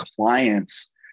clients